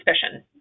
suspicion